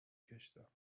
کشیدم